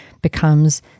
becomes